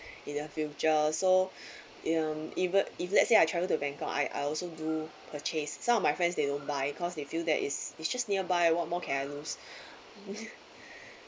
in the future so um even if let's say I travel to bangkok I I also do purchase some of my friends they don't buy cause they feel that it's it's just nearby what more can I lose